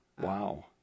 Wow